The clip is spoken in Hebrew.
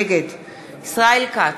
נגד ישראל כץ,